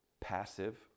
passive